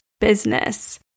business